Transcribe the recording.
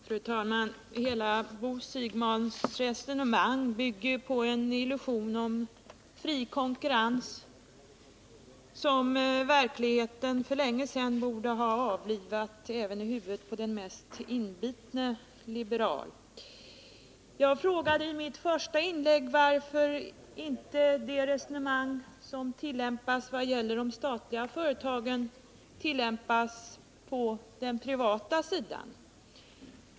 Fru talman! Hela Bo Siegbahns resonemang bygger på en illusion om fri konkurrens, som verkligheten för länge sedan borde ha avlivat även i huvudet på den mest inbitne liberal. Jag frågade i mitt första inlägg varför inte det resonemang som tillämpas för de statliga företagen också borde tillämpas på den privata sidan.